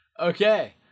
Okay